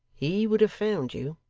he would have found you,